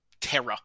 terror